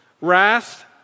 Wrath